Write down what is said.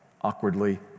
awkwardly